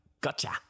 gotcha